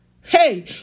hey